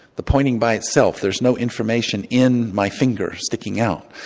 the pointing by itself there's no information in my finger sticking out.